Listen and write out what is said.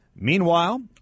Meanwhile